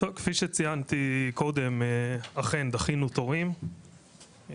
כפי שציינתי קודם אכן דחינו תורים,